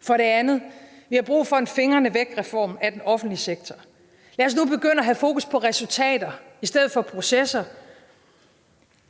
For det andet: Vi har brug for en fingrene væk-reform af den offentlige sektor. Lad os nu begynde at have fokus på resultater i stedet for processer.